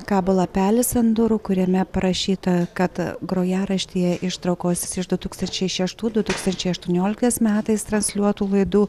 kabo lapelis ant durų kuriame parašyta kad grojaraštyje ištraukos iš du tūkstančiai šeštų du tūkstančiai aštuonioliktais metais transliuotų laidų